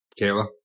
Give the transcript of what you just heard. Kayla